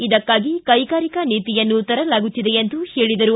ಇದಕ್ಕಾಗಿ ಕೈಗಾರಿಕಾ ನೀತಿಯನ್ನು ತರಲಾಗುತ್ತಿದೆ ಎಂದು ಹೇಳಿದರು